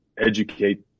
educate